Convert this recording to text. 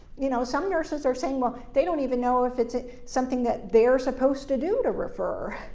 you know, some nurses are saying, well, they don't even know if it's ah something that they're supposed to do to refer.